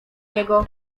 niego